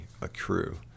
accrue